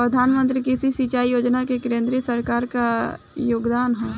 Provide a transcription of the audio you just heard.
प्रधानमंत्री कृषि सिंचाई योजना में केंद्र सरकार क का योगदान ह?